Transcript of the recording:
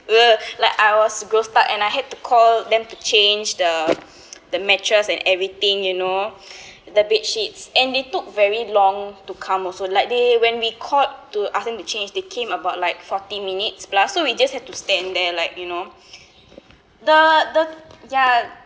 like I was gross start and I had to call them to change the the mattress and everything you know the bed sheets and they took very long to come also like they when we called to ask them to change they came about like forty minutes plus so we just have to stand there like you know the the ya